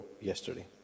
yesterday